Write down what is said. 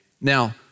Now